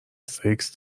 سکس